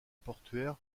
portuaire